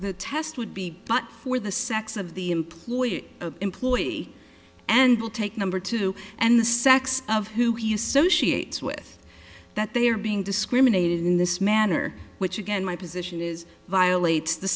test would be but for the sex of the employer employee and will take number two and the sex of who he is so she ate with that they are being discriminated in this manner which again my position is violates the